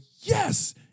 yes